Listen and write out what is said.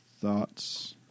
thoughts